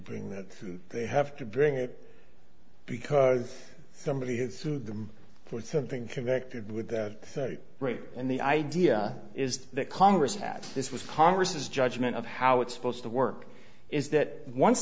bring that they have to bring it because somebody has sued them for something connected with that rate and the idea is that congress that this was congress's judgment of how it's supposed to work is that once